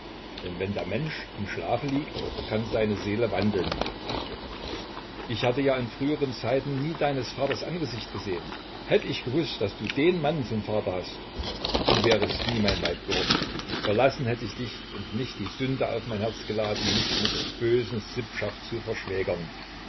denn wenn der mensch im schlafe liegt kann seine seele wandeln ich hatte ja in früheren zeiten nie deines vaters angesicht gesehn hätt ich gewußt daß du den mann zum vater hast du wärest nie mein weib geworden verlassen hätt ich dich und nicht die sünde auf mein herz geladen mich mit des bösen sippschaft zu verschwägern